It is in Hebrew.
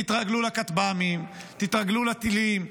תתרגלו לכטב"מים, תתרגלו לטילים.